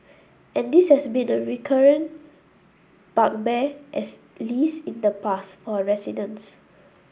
and this has been a recurrent bugbear as least in the past for our residents